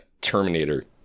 Terminator